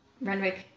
Renwick